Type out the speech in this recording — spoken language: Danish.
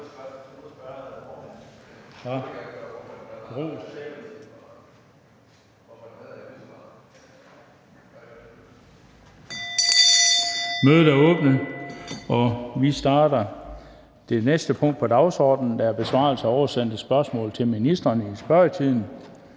Mødet er udsat. (Kl. 14:46). --- Det næste punkt på dagsordenen er: 3) Besvarelse af oversendte spørgsmål til ministrene (spørgetid).